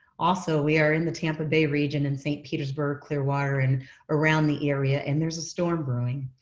also, we are in the tampa bay region in st. petersburg, clearwater, and around the area, and there's a storm brewing.